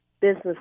business